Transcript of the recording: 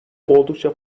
oldukça